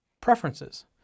Preferences